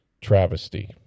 Travesty